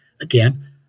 again